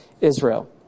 Israel